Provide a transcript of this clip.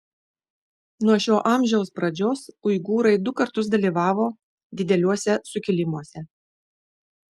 nuo šio amžiaus pradžios uigūrai du kartus dalyvavo dideliuose sukilimuose